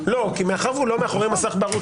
מאחר הוא לא מאחורי מסך בערות,